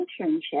internship